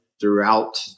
throughout